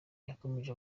yakomeje